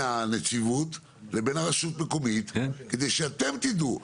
הנציבות לבין הרשות המקומית כדי שאתם תדעו.